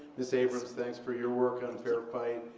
ms abrams, thanks for your work on fair fight.